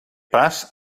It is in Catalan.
pas